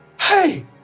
hey